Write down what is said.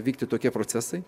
vykti tokie procesai